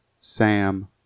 Sam